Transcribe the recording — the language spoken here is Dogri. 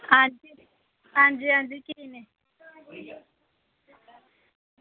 हां जी हां जी हां जी